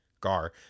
Gar